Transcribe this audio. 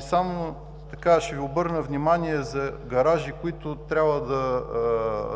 Само ще Ви обърна внимание за гаражи, които трябва да